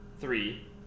three